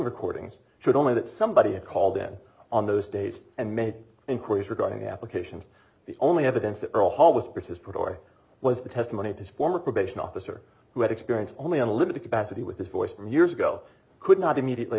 recordings should only that somebody had called in on those days and made inquiries regarding applications the only evidence that earl hall with participatory was the testimony of his former probation officer who had experience only in a limited capacity with this voice from years ago could not immediately